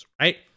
right